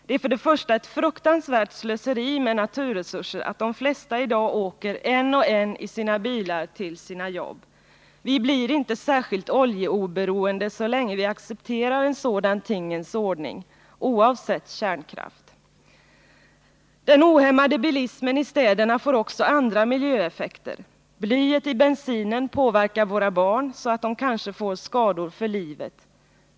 Det är ett fruktansvärt slöseri med naturresurser att de flesta i dag åker en och en i sina bilar till sina jobb. Vi blir inte särskilt oljeoberoende så länge vi accepterar en sådan tingens ordning, oavsett kärnkraft. Den ohämmade bilismen i städerna får också andra miljöeffekter. Blyet i bensinen påverkar våra barn, så att de kanske får skador för livet.